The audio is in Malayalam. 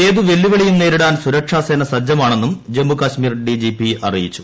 ഏതു വെല്ലുവിളിയും നേരിടാൻ സുരക്ഷാസേന സജ്ജമാണെന്നും ജമ്മു കശ്മീർ ഡിജിപി അറിയിച്ചു